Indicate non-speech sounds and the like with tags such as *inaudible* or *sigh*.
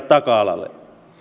*unintelligible* taka alalle